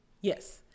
Yes